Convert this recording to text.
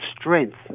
strength